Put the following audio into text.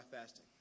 fasting